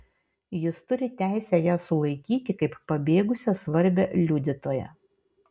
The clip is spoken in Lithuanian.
jis turi teisę ją sulaikyti kaip pabėgusią svarbią liudytoją